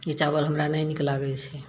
ई चावल हमरा नहि नीक लागैत छै